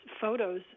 photos